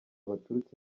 baturutse